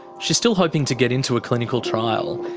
she's still hoping to get into a clinical trial,